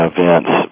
Events